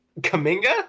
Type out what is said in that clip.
Kaminga